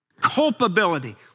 culpability